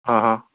हां हां